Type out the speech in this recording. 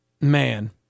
Man